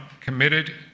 committed